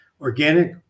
organic